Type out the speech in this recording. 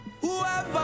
Whoever